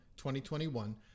2021